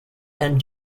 and